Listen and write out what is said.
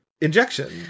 injection